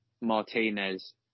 Martinez